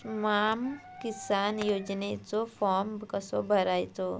स्माम किसान योजनेचो फॉर्म कसो भरायचो?